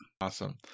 Awesome